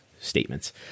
statements